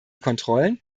kontrollen